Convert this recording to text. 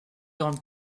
grande